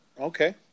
Okay